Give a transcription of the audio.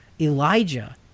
Elijah